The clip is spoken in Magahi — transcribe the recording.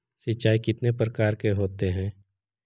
सिंचाई कितने प्रकार के होते हैं?